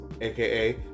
aka